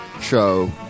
show